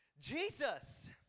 Jesus